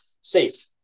safe